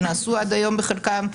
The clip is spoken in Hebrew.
שנעשו עד היום בחלקם,